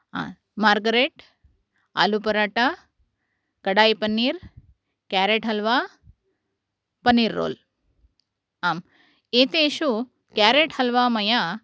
Margaret aloo paratha kadai paneer carrot halwa paneer roll आम् एतेषु carrot halwa मया